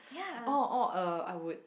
oh oh er I would